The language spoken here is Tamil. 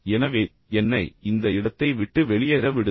எனவே என்னை இந்த இடத்தை விட்டு வெளியேற விடுங்கள்